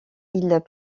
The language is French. ils